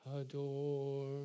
Adore